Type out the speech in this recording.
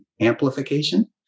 amplification